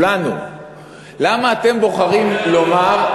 למה אתם בוחרים לומר,